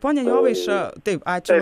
pone jovaiša taip ačiū